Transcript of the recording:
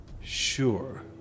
Sure